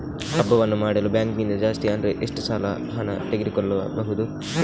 ಹಬ್ಬವನ್ನು ಮಾಡಲು ಬ್ಯಾಂಕ್ ನಿಂದ ಜಾಸ್ತಿ ಅಂದ್ರೆ ಎಷ್ಟು ಸಾಲ ಹಣ ತೆಗೆದುಕೊಳ್ಳಬಹುದು?